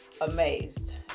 amazed